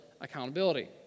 accountability